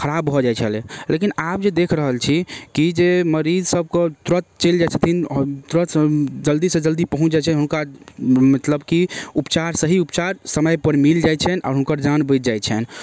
खराब भऽ जाइ छलै लेकिन आब जे देखि रहल छी कि जे मरीजसभके तुरन्त चलि जाइ छथिन तुरन्तसँ जल्दीसँ जल्दी पहुँच जाइ छथिन हुनका मतलब कि उपचार सही उपचार समयपर मिलि जाइ छनि आओर हुनकर जान बचि जाइ छनि